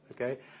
okay